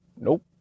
nope